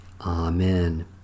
Amen